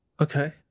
Okay